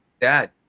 dad